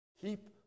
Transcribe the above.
Keep